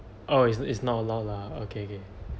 oh is it's not allowed lah okay okay